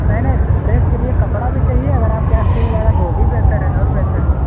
नेने dress के लिये कपड़ा भी चाहिये अगर आपके यहाँ सिल जायेगा तो भी बेहतर है और बेहतर है